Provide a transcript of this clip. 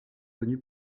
connu